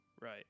Right